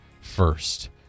first